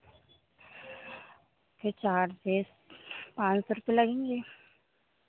फिर चार से पाच सौ रुपये लगेंगे